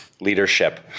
leadership